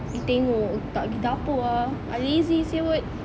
tengok tak pergi dapur ah I lazy [siol]